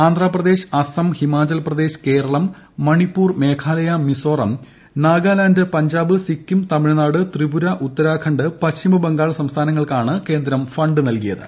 ആന്ധ്രാപ്രദേശ് അസം ഹിമാചൽ പ്രദേശ് കേരളം മണിപ്പൂർ മേഘാലയ മിസോറാം നാഗാലാൻഡ് പഞ്ചാബ് സിക്കിം തമിഴ്നാട് ത്രിപുര ഉത്തരാഖണ്ഡ് പശ്ചിമ ബംഗാൾ സംസ്ഥാനങ്ങൾക്കാണ് ഫണ്ട് നൽകിയത്